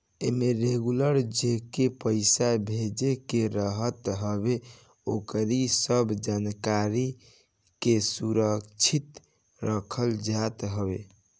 एमे रेगुलर जेके पईसा भेजे के रहत हवे ओकरी सब जानकारी के सुरक्षित रखल जात हवे